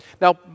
Now